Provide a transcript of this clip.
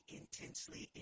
intensely